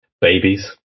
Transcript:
Babies